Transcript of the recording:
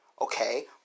Okay